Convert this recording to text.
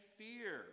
fear